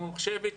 ממוחשבת,